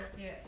Yes